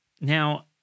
Now